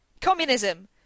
Communism